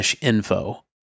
info